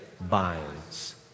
binds